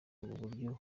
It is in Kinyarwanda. buryo